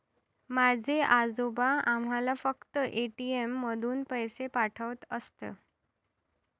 माझे आजोबा आम्हाला फक्त ए.टी.एम मधून पैसे पाठवत असत